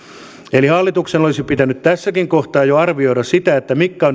hallituksen olisi pitänyt tässäkin kohtaa jo arvioida sitä mitkä